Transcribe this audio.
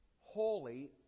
holy